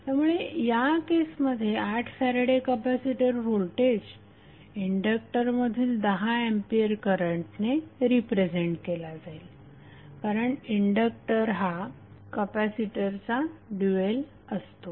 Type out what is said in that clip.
त्यामुळे या केसमध्ये 8 फॅरेडे कपॅसिटर व्होल्टेज इंडक्टरमधील 10 एंपियर करंटने रिप्रेझेंट केला जाईल कारण इंडक्टर हा कपॅसिटरचा ड्यूएल असतो